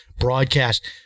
broadcast